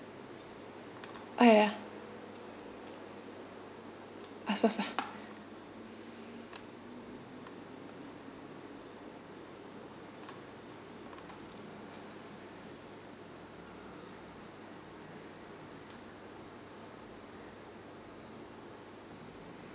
ah ya ask first ah